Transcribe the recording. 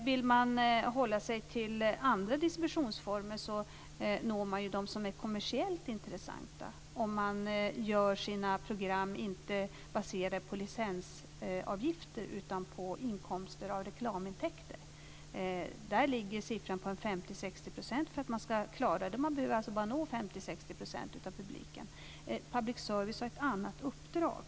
Vill man hålla sig till andra distributionsformer når man ju dem som är kommersiellt intressanta, dvs. om man inte gör sina program baserat på licensavgifter utan på reklamintäkter. Där ligger siffran på 50-60 % för att man ska klara det. Man behöver alltså bara nå 50-60 % av publiken. Public service har ett annat uppdrag.